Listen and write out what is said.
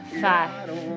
five